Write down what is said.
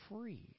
free